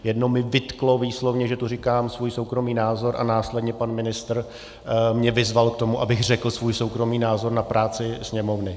Jedno mi vytklo výslovně, že tu říkám svůj soukromý názor, a následně pan ministr mě vyzval k tomu, abych řekl svůj soukromý názor na práci Sněmovny.